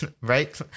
Right